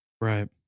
Right